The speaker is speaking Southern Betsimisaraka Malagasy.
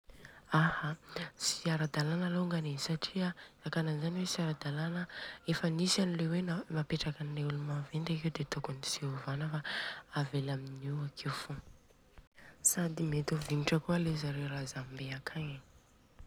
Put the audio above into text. Aha, tsy ara-dalana lôngany e satria izakana anizany hoe tsy ara-dalàna, efa nisy anle hoe napetrakan'ny olomaventy akeo de tokony tsy ovana fa avela aminio akeo fogna. Sady mety ho vignitra kôa zareo razambe akagny.